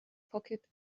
pocket